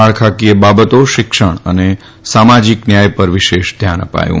માળખાંકીય બાબતો શિક્ષણ અને સામાજિક ન્યાય પર વિશેષ ધ્યાન અપાયું